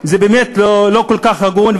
זה באמת לא כל כך הגון.